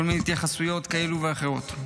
כל מיני התייחסויות כאלה ואחרות.